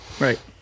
right